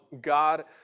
God